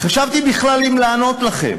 חשבתי אם בכלל לענות לכם.